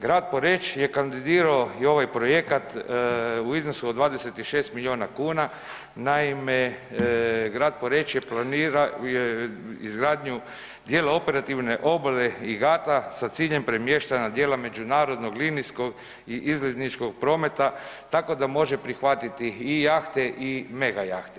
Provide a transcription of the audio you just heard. Grad Poreč je kandidirao i ovaj projekat u iznosu od 26 miliona kuna, naime grad Poreč planirao je izgradnju dijela operativne obale i gata sa ciljem premještanja dijela međunarodnog linijskog i izletničkog prometa tako da može prihvatiti i jahte i megajahte.